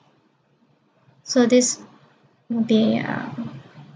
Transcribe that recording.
so this okay ah